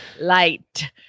light